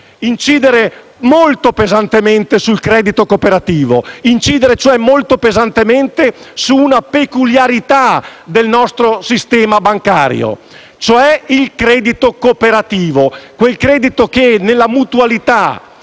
incidere molto pesantemente sul credito cooperativo: incidere cioè molto pesantemente su una peculiarità del nostro sistema bancario, cioè il credito cooperativo. Quel credito che nella mutualità